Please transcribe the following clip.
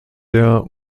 der